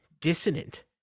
dissonant